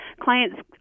clients